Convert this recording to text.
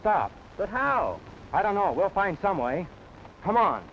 stop but how i don't know we'll find some way come on